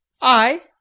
I